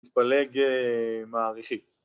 תתפלג מעריכית